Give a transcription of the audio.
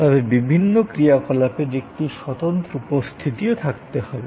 তবে বিভিন্ন ক্রিয়াকলাপের একটি স্বতন্ত্র উপস্থিতি থাকতে পারে